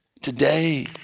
Today